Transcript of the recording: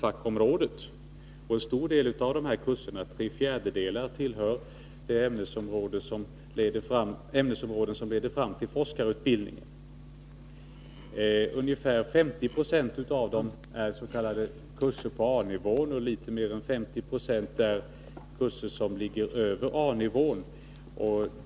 fak.-området, och en stor del av dessa kurser — tre fjärdedelar — tillhör ämnesområden som leder fram till forskarutbildning. Knappt 50 96 av kurserna är s.k. kurser på A-nivå, och resten är kurser över A-nivån.